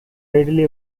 readily